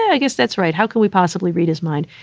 i guess that's right. how can we possibly read his mind?